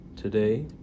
Today